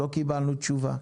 לא קיבלנו תשובה.